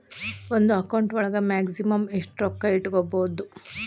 ಒಂದು ಅಕೌಂಟ್ ಒಳಗ ಮ್ಯಾಕ್ಸಿಮಮ್ ಎಷ್ಟು ರೊಕ್ಕ ಇಟ್ಕೋಬಹುದು?